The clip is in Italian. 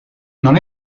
non